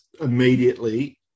immediately